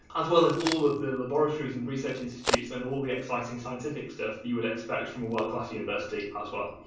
as well as all of the laboratories and research institutes and all the exciting scientific stuff you would expect from a world-class university as well.